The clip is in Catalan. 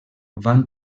van